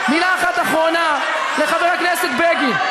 מילה אחת אחרונה לחבר הכנסת בגין.